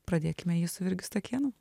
pradėkime jį su virgiu stakėnu